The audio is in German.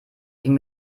ging